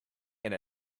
and